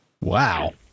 Wow